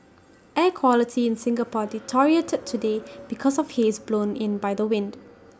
air quality in Singapore deteriorated today because of haze blown in by the wind